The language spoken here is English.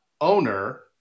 owner